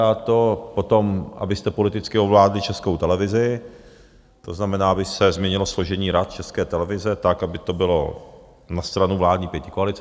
A to potom, abyste politicky ovládli Českou televizi, to znamená, aby se změnilo složení rad České televize tak, aby to bylo na stranu vládní pětikoalice.